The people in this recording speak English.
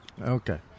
Okay